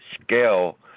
scale